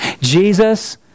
Jesus